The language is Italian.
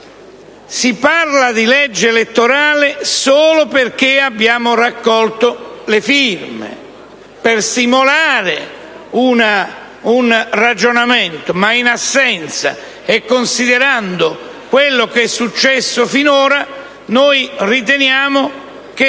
si parla di legge elettorale solo perché abbiamo raccolto le firme per stimolare un ragionamento, ma considerando quello che è successo finora riteniamo che